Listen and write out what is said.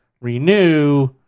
renew